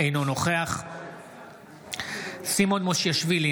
אינו נוכח סימון מושיאשוילי,